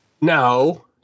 No